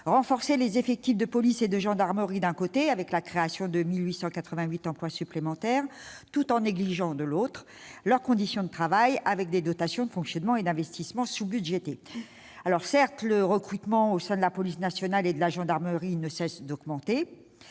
renforçant les effectifs de police et de gendarmerie, d'un côté, avec la création de 1 888 emplois supplémentaires, tout en négligeant, de l'autre, leurs conditions de travail, avec des dotations de fonctionnement et d'investissement sous-budgétées. Certes, le recrutement au sein de la police nationale et de la gendarmerie ne cesse d'augmenter,